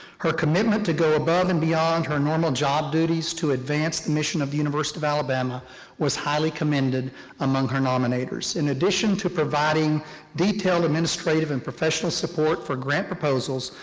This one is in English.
her commitment to go above and beyond her normal job duties to advance the mission of the university of alabama was highly commended among her nominators. in addition to providing detailed administrative and professional support for grant proposals,